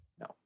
No